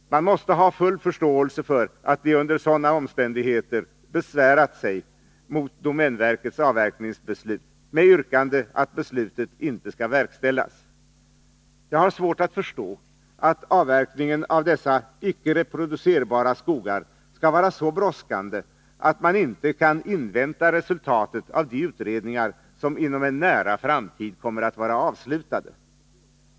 Man måste ha full förståelse för att samerna under sådana omständigheter besvärat sig mot domänverkets avverkningsbeslut med yrkande att beslutet inte skall verkställas. Jag har svårt att förstå att avverkningen av dessa icke reproducerbara skogar skall vara så brådskande att man inte kan invänta resultatet av de utredningar som inom en nära framtid är avslutade.